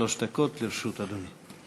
עד שלוש דקות לרשות אדוני.